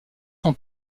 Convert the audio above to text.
son